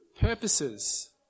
purposes